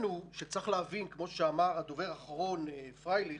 כמו שאמר הדובר האחרון, פרייליך,